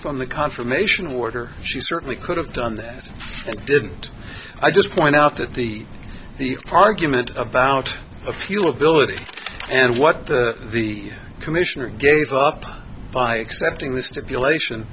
from the confirmations order she certainly could have done that didn't i just point out that the the argument about a few a village and what the commissioner gave up by accepting the stipulation